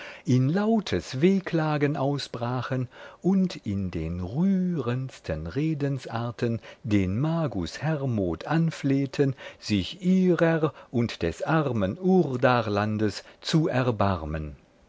in lautes wehklagen ausbrachen und in den rührendsten redensarten den magus hermod anflehten sich ihrer und des armen urdarlandes zu erbarmen